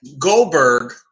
Goldberg